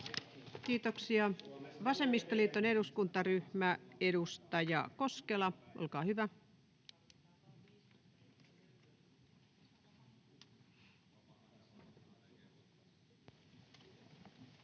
Kiitoksia. — Vasemmistoliiton eduskuntaryhmä, edustaja Koskela, olkaa hyvä. [Speech